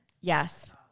Yes